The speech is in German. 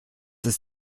ist